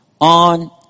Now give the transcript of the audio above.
on